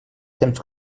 temps